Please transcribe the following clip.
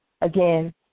again